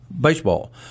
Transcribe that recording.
Baseball